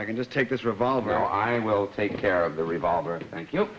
i can just take this revolver well i will take care of the revolver thank you